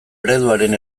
ereduaren